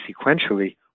sequentially